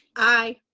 aye.